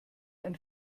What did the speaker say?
ein